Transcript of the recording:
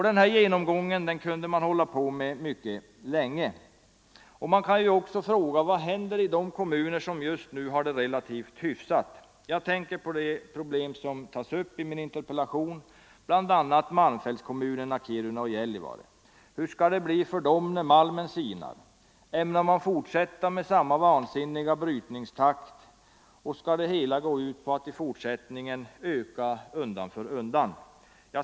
Den här genomgången kunde jag hålla på med mycket länge. Man kan också fråga: Vad händer med kommuner som just nu har det relativt hyfsat? Jag tänker på det problem som tas upp i min interpellation och som bl.a. rör malmfältskommunerna Kiruna och Gällivare. Hur skall det bli med dem när malmen sinar? Ämnar man fortsätta med samma vansinniga brytningstakt? Skall det hela gå ut på att även i fortsättningen öka malmbrytningen undan för undan?